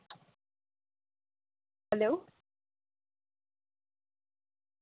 hello